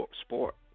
Sport